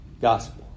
gospel